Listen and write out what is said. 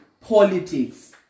politics